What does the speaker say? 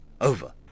over